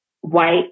white